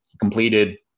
completed